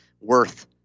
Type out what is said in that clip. worth